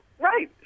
right